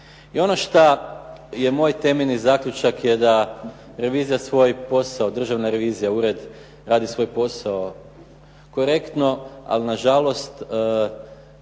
I ono šta je moj temeljni zaključak da revizija svoj posao, Državna revizija ured radi svoj posao korektno. Ali na žalost